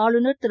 ஆளுநர் திரு